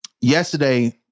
yesterday